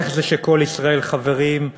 איך זה שכל ישראל חברים,